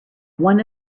one